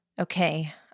Okay